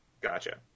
Gotcha